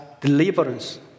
deliverance